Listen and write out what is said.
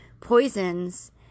poisons